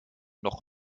noch